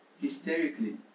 hysterically